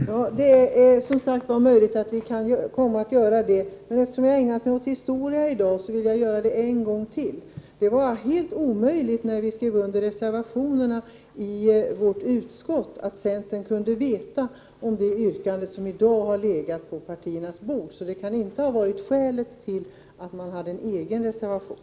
Herr talman! Det finns, som sagt, vissa möjligheter till att vi kan komma att göra det. Jag har ägnat mig åt historia i dag, jag vill ännu en gång göra det. När vi skrev under reservationerna i utskottet kunde centern omöjligen ha känt till det yrkande som i dag ligger på våra bord, så det kan inte ha varit skälet till att man valde att avge en egen reservation.